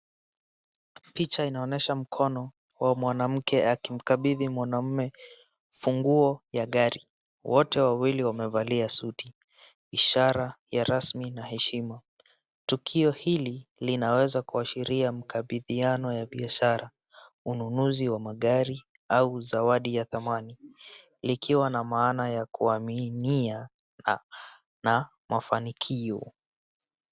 Picha inaonyesha mkono wa mwanamke akimkabidhi mwanamme funguo ya gari. Wote wawili wamevalia suti, ishala ya rasmi na heshima. Tukio hili linaweza kuashiria makabidhiano ya biashara, ununuzi wa magari, au zawadi ya dhamani likiwa na maana ya kuaminiana na mafanikio.